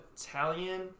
Italian